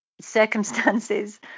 circumstances